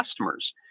customers